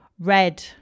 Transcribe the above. red